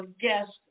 guest